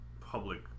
public